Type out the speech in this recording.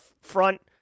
front